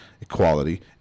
equality